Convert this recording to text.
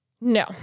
No